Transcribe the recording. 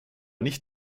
nicht